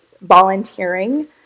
volunteering